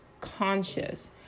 conscious